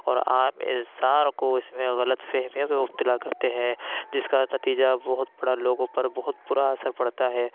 اور عام انسان کو اِس میں غلط فہمیوں میں مبتلا کرتے ہیں جس کا نتیجہ بہت پڑا لوگوں پر بہت بُرا اثر پڑتا ہے